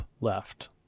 left